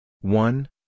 One